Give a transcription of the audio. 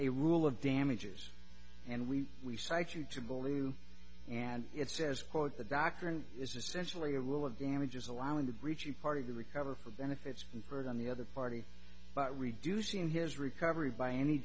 a rule of damages and we we cite you to believe and it says quote the doctrine is essentially a rule of damages allow him to breach you party to recover for benefits from the bird on the other party but reducing his recovery by any